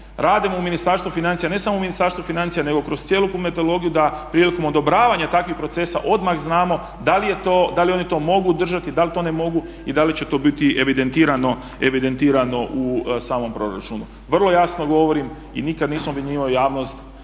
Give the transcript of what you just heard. Radimo u Ministarstvu financija, ne samo u Ministarstvu financija, nego kroz cjelokupnu metodologiju da prilikom odobravanja takvih procesa odmah znamo da li je to, da li oni to mogu držati, da li to ne mogu i da li će to biti evidentirano u samom proračunu. Vrlo jasno govorim i nikad nisam obmanjivao javnost.